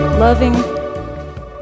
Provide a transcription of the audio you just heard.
Loving